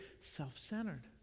self-centered